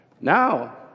Now